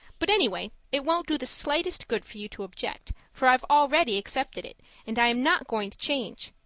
but anyway, it won't do the slightest good for you to object, for i've already accepted it and i am not going to change!